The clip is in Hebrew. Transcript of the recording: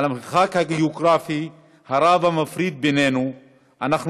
על המרחק הגאוגרפי הרב המפריד בינינו אנחנו